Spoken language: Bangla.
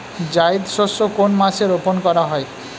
জায়িদ শস্য কোন মাসে রোপণ করা হয়?